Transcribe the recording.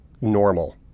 normal